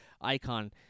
icon